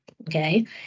okay